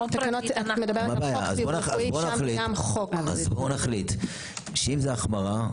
אז בואו נחליט שאם זו החמרה,